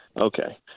Okay